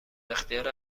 اختیار